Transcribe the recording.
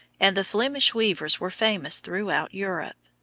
and the flemish weavers were famous throughout europe.